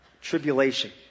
tribulation